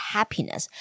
Happiness